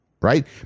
Right